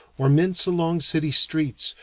or mince along city streets,